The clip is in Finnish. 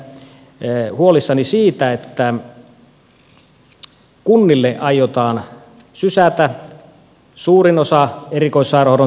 olen kuitenkin erittäin huolissani siitä että kunnille aiotaan sysätä suurin osa erikoissairaanhoidon tehtävistä